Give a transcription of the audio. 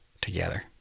together